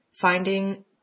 finding